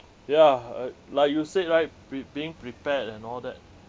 ya uh like you said right be~ being prepared and all that